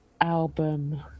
Album